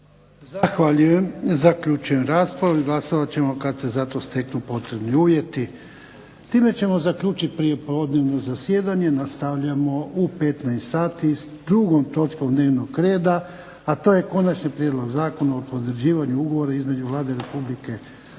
Zahvaljujem. Zaključujem raspravu. Glasovat ćemo kad se za to steknu potrebni uvjeti. Time ćemo zaključit prijepodnevno zasjedanje. Nastavljamo u 15 sati s 2. točkom dnevnog reda, a to je Konačni prijedlog zakona o potvrđivanju Ugovora između Vlade Republike